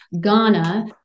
Ghana